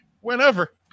Whenever